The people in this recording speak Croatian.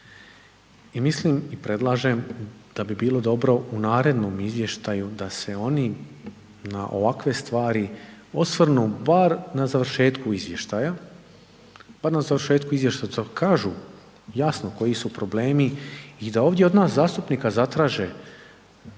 i mislim i predlažem da bi bilo dobro u narednom izvještaju da se oni na ovakve stvari osvrnu bar na završetku izvještaja da kažu koji su problemi i da ovdje od nas zastupnika zatraže povećanje